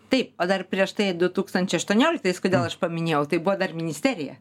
taip o dar prieš tai du tūkstančiai aštuonioliktais kodėl aš paminėjau tai buvo dar ministerija